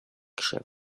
krzew